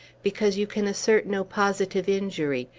because you can assert no positive injury,